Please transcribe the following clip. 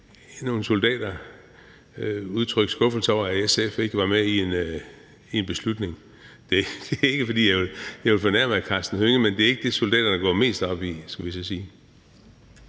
at SF ikke var med i en beslutning. Det er ikke, fordi jeg vil fornærme hr. Karsten Hønge, men det er ikke det, soldaterne går mest op i,